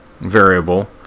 variable